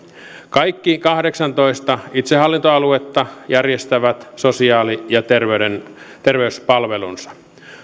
kaikki kahdeksantoista itsehallintoaluetta järjestävät sosiaali ja terveyspalvelunsa